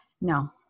no